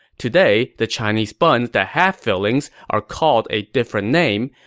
today, the chinese buns that have fillings are called a different name,